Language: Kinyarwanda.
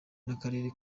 n’akarere